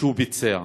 שהוא ביצע.